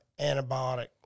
antibiotic